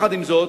עם זאת,